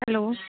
hello